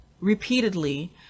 repeatedly